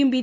യും ബി